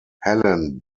helen